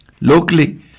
Locally